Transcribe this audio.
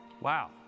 Wow